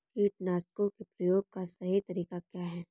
कीटनाशकों के प्रयोग का सही तरीका क्या है?